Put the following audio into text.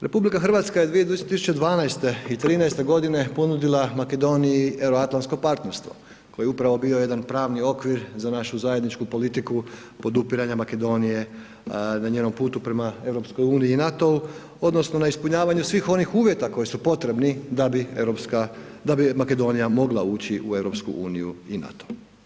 RH je 2012. i 2013. g. ponudila Makedoniji euroatlantsko partnerstvo koje je upravo bilo jedan pravni okvir za našu zajedničku politiku podupiranja Makedonije na njenom putu prema EU-u i NATO-u odnosno na ispunjavanje svih onih uvjeta koji su potrebni da bi Makedonija mogla ući u EU i NATO.